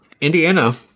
Indiana